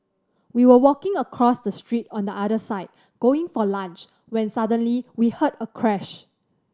we were walking across the street on the other side going for lunch when suddenly we heard a crash